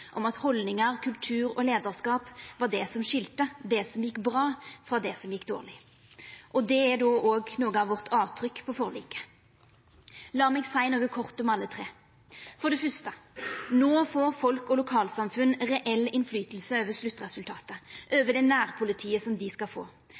om at haldningar, kultur og leiarskap var det som skilte det som gjekk bra, frå det som gjekk dårleg. Det er òg noko av vårt avtrykk på forliket. Lat meg kort seia noko om alle tre: For det fyrste: No får folk og lokalsamfunn reell innverknad på sluttresultatet,